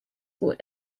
would